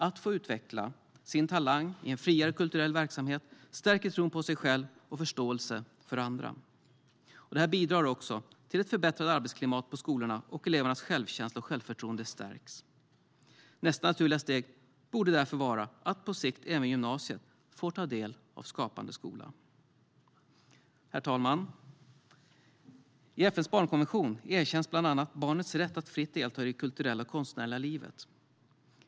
Att få utveckla sin talang i en friare kulturell verksamhet stärker ens tro på sig själv och förståelsen för andra. Det bidrar också till ett förbättrat arbetsklimat på skolorna, och elevernas självkänsla och självförtroende stärks. Nästa naturliga steg borde därför vara att även gymnasiet på sikt får ta del av Skapande skola. Herr talman! I FN:s barnkonvention erkänns bland annat barnets rätt att fritt delta i det kulturella och konstnärliga livet.